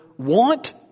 want